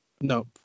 No